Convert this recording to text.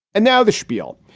and now the spiel.